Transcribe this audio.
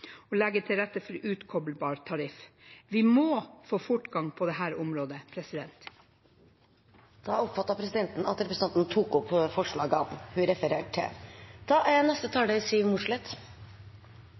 og legge til rette for utkoblbar tariff. Vi må få fortgang på dette området. Da har representanten Ingalill Olsen tatt opp de forslagene hun refererte til.